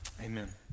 amen